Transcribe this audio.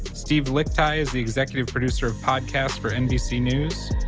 steve lickteig is the executive producer of podcasts for nbc news.